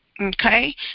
Okay